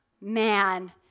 man